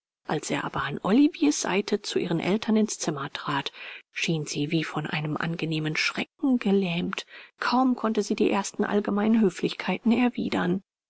als er aber an olivier's seite zu ihren eltern in's zimmer trat schien sie wie von einem angenehmen schrecken gelähmt kaum konnte sie die ersten allgemeinen höflichkeiten erwidern